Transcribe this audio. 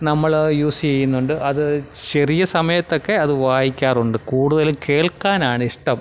നമ്മൾ യൂസ് ചെയ്യുന്നുണ്ട് അത് ചെറിയ സമയത്തൊക്കെ അത് വായിക്കാറുണ്ട് കൂടുതലും കേൾക്കാനാണിഷ്ടം